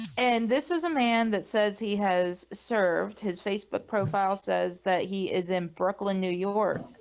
and this is a man that says he has served his facebook profile says that he is in brooklyn, new york